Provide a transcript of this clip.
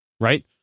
right